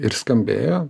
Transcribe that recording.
ir skambėjo